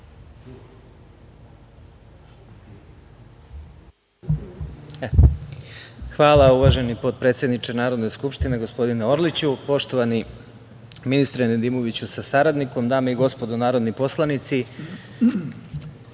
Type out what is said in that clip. Hvala, uvaženi potpredsedniče Narodne skupštine, gospodine Orliću. Poštovani ministre Nedimoviću sa saradnikom, dame i gospodo narodni poslanici,